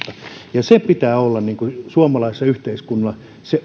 mahdollisuutta siihen pitää olla suomalaisessa yhteiskunnassa